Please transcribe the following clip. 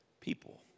people